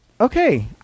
Okay